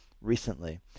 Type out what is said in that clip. recently